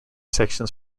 sections